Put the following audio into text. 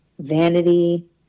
Vanity